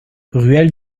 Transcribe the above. ruelle